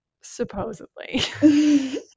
supposedly